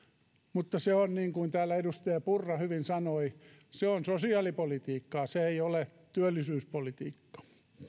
mutta se on niin kuin täällä edustaja purra hyvin sanoi sosiaalipolitiikkaa se ei ole työllisyyspolitiikkaa